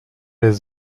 les